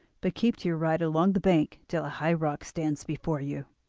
but keep to your right along the bank till a high rock stands before you.